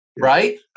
right